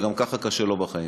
וגם ככה קשה לו בחיים.